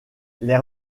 les